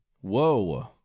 Whoa